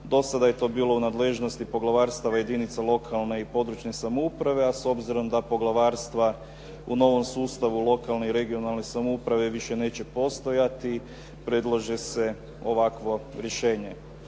Do sada je to bilo u nadležnosti poglavarstava jedinica lokalne i područne samouprave a s obzirom da poglavarstva u novom sustavu lokalne i regionalne samouprave više neće postojati predlaže se ovakvo rješenje.